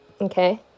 okay